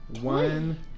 one